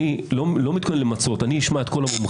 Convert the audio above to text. אני אשמע את כל המומחים,